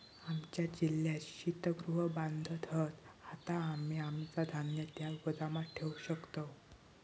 आमच्या जिल्ह्यात शीतगृह बांधत हत, आता आम्ही आमचा धान्य त्या गोदामात ठेवू शकतव